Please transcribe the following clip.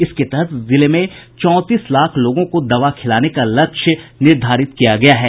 इसके तहत जिले में चौंतीस लाख लोगों को दवा खिलाने का लक्ष्य निर्धारित किया गया है